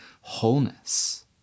wholeness